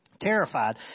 terrified